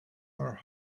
are